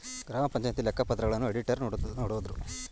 ಗ್ರಾಮ ಪಂಚಾಯಿತಿ ಲೆಕ್ಕ ಪತ್ರಗಳನ್ನ ಅಡಿಟರ್ ನೋಡುದ್ರು